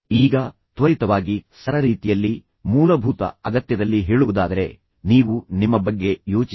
ಈಗ ತ್ವರಿತವಾಗಿ ನಾನು ಅದನ್ನು ಸರಳ ರೀತಿಯಲ್ಲಿ ಮೂಲಭೂತ ಅಗತ್ಯದಲ್ಲಿ ಹೇಳುವುದಾದರೆ ನೀವು ನಿಮ್ಮ ಬಗ್ಗೆ ಯೋಚಿಸಿ